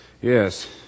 Yes